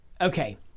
okay